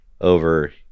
over